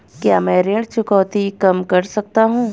क्या मैं ऋण चुकौती कम कर सकता हूँ?